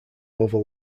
over